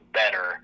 better